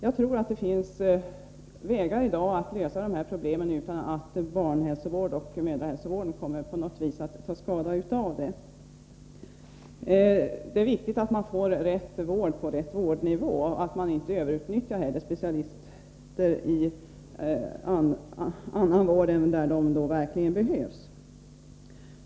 Jag tror att det i dag finns vägar att gå för att lösa dessa problem utan att barnhälsovård och mödrahälsovård på något sätt kommer att ta skada. Det är viktigt att man får rätt vård på rätt vårdnivå och att man inte överutnyttjar specialister i annan vård än där de verkligen behövs.